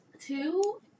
two